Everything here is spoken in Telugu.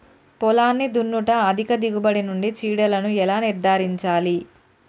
పొలాన్ని దున్నుట అధిక దిగుబడి నుండి చీడలను ఎలా నిర్ధారించాలి?